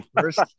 first